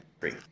Three